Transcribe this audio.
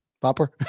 Popper